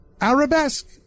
Arabesque